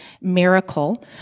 miracle